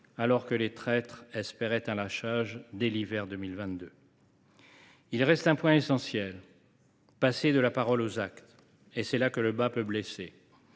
alors que les traîtres espéraient un lâchage dès l’hiver 2022. Il reste un point essentiel : passer de la parole aux actes. Et c’est là que le bât peut blesser.